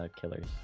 killers